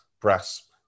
brass